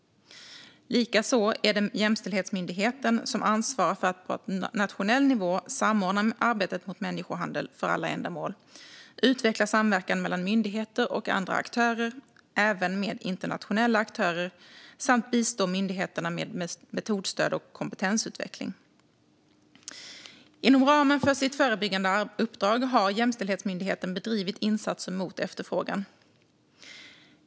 Likaså är det Jämställdhetsmyndigheten som ansvarar för att på nationell nivå samordna arbetet mot människohandel för alla ändamål, utveckla samverkan mellan myndigheter och andra aktörer, även med internationella aktörer, samt bistå myndigheterna med metodstöd och kompetensutveckling. Inom ramen för sitt förebyggande uppdrag har Jämställdhetsmyndigheten bedrivit insatser mot efterfrågan.